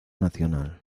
nacional